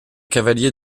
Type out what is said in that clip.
cavaliers